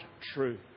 true